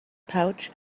pouch